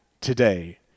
today